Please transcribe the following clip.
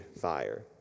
fire